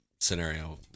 scenario